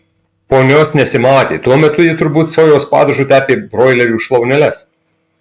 ponios nesimatė tuo metu ji turbūt sojos padažu tepė broilerių šlauneles